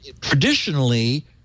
traditionally